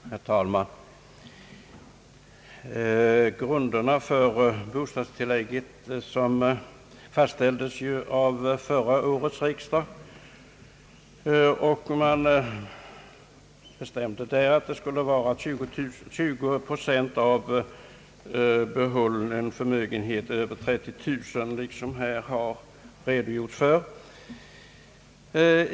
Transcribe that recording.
Herr talman! Grunderna för bostadstillägget fastställdes av förra årets riksdag som bestämde att inkomstprövningen skall ske på grundval av den beskattningsbara inkomsten ökad med 20 procent av den behållna förmögenhet som överstiger 30 000 kronor.